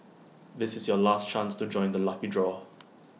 this is your last chance to join the lucky draw